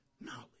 knowledge